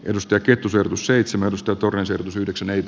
pentti kettusen seitsemäntoista to raise yhdeksän eikä